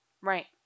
Right